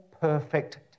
perfect